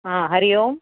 हा हरिः ओम्